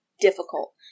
difficult